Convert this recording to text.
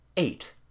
Eight